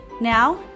Now